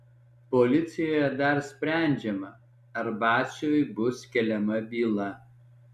policijoje dar sprendžiama ar batsiuviui bus keliama byla